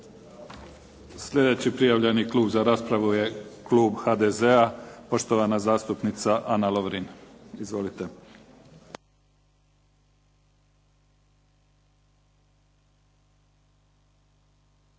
Sljedeći prijavljeni klub za raspravu je klub HDZ-a, poštovana zastupnica Ana Lovrin. Izvolite.